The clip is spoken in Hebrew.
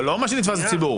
אבל מה שנתפס בציבור.